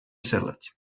salad